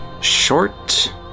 short